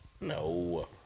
No